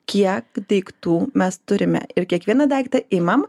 kiek daiktų mes turime ir kiekvieną daiktą imam